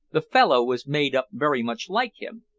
the fellow was made up very much like him.